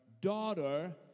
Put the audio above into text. Daughter